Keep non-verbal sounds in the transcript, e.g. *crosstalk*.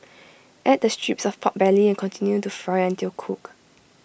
*noise* add the strips of Pork Belly and continue to fry until cooked